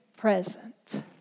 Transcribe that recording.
present